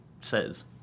says